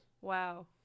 Wow